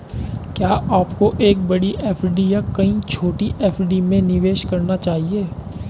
क्या आपको एक बड़ी एफ.डी या कई छोटी एफ.डी में निवेश करना चाहिए?